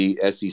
SEC